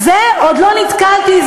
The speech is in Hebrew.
בזה עוד לא נתקלתי.